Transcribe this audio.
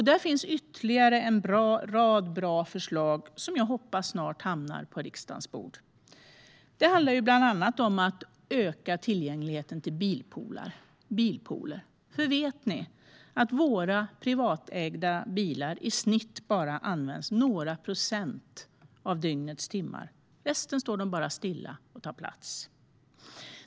Där finns ytterligare en rad bra förslag som jag hoppas snart hamnar på riksdagens bord. De handlar bland annat om att öka tillgängligheten till bilpooler. Våra privatägda bilar används i snitt bara några procent av dygnets timmar. Resten av tiden står de stilla och tar plats.